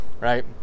right